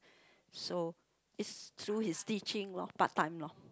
so is through his teaching lor part time lor